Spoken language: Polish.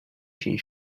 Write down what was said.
się